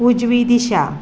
उजवी दिशा